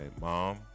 mom